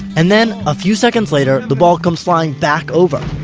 and, then, a few seconds later, the ball comes flying back over,